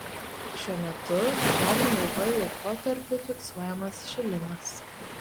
šiuo metu žemėje ilguoju laikotarpiu fiksuojamas šilimas